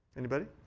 anybody?